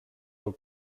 del